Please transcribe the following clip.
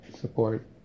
support